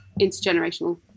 intergenerational